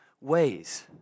ways